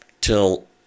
till